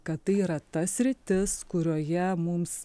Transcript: kad tai yra ta sritis kurioje mums